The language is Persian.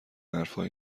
حرفا